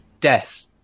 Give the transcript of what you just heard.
death